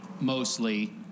mostly